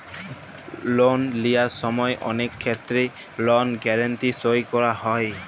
লল লিয়ার সময় অলেক ক্ষেত্রে লল গ্যারাল্টি সই ক্যরা হ্যয়